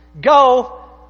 Go